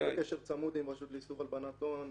אנחנו בקשר צמוד עם הרשות לאיסור הלבנת הון,